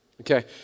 Okay